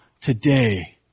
today